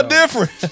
different